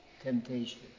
temptation